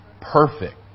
perfect